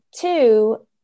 two